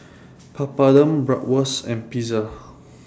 Papadum Bratwurst and Pizza